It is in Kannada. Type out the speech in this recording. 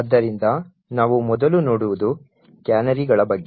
ಆದ್ದರಿಂದ ನಾವು ಮೊದಲು ನೋಡುವುದು ಕ್ಯಾನರಿಗಳ ಬಗ್ಗೆ